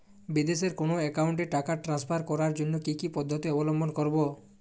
বিদেশের কোনো অ্যাকাউন্টে টাকা ট্রান্সফার করার জন্য কী কী পদ্ধতি অবলম্বন করব?